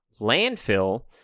landfill